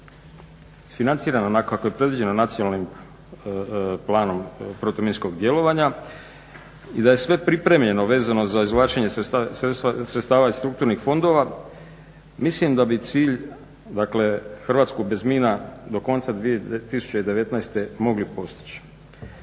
isfinancirana onako kako je predviđena Nacionalnim planom protuminskog djelovanja i da je sve pripremljeno vezano za izvlačenje sredstava iz strukturnih fondova mislim da bi cilj, dakle Hrvatsku bez mina do konca 2019. mogli postići.